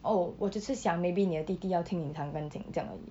oh 我只是想 maybe 你的弟弟要听你弹钢琴这样而已